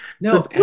no